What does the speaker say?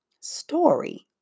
story